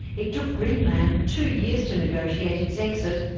it took greenland two years to negotiate its exit.